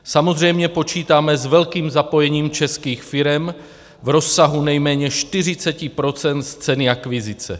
Samozřejmě počítáme s velkým zapojením českých firem v rozsahu nejméně 40 % z ceny akvizice.